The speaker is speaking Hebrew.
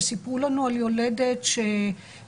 שסיפרו לנו על יולדת שנדבקה,